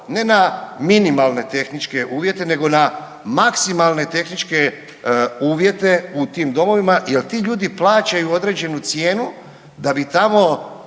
ne na minimalne tehničke uvjete nego na maksimalne tehničke uvjete u tim domovima jel ti ljudi plaćaju određenu cijenu da bi tamo